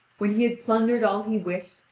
when he had plundered all he wished,